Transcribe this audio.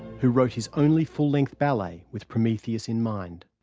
who wrote his only full-length ballet with prometheus in mind.